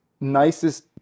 nicest